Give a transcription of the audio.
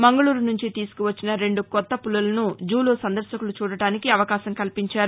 మంగుళూరు నుంచి తీసుకువచ్చిన రెండు కొత్త పులులను జూలో సందర్భకులు చూడడానికి అవకాశం కల్పించారు